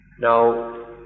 Now